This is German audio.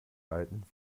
walten